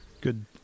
good